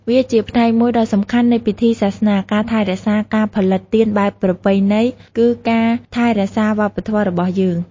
វាជាផ្នែកមួយដ៏សំខាន់នៃពិធីសាសនា ការថែរក្សាការផលិតទៀនបែបប្រពៃណី គឺការថែរក្សាវប្បធម៌របស់យើង។